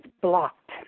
blocked